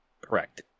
Correct